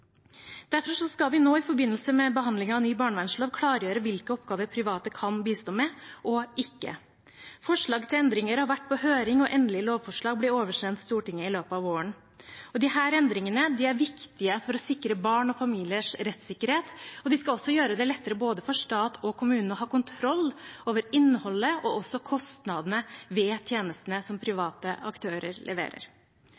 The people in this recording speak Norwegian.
Derfor skal vi nå, i forbindelse med behandlingen av ny barnevernslov, klargjøre hvilke oppgaver private kan bistå med, og ikke. Forslag til endringer har vært på høring, og endelig lovforslag blir oversendt Stortinget i løpet av våren. Disse endringene er viktige for å sikre barn og familiers rettssikkerhet, og de skal også gjøre det lettere både for stat og kommuner å ha kontroll over både innholdet og kostnadene ved tjenestene som